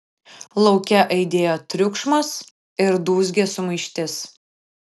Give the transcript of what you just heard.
lauke aidėjo triukšmas ir dūzgė sumaištis